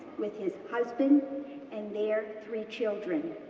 with his husband and their three children.